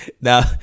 Now